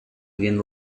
він